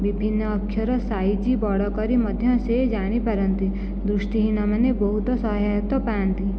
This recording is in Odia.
ବିଭିନ୍ନ ଅକ୍ଷର ସାଇଜ୍ ବଡ଼ କରି ମଧ୍ୟ ସିଏ ଜାଣିପାରନ୍ତି ଦୃଷ୍ଟିହୀନମାନେ ବହୁତ ସହାୟତା ପାଆନ୍ତି